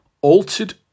altered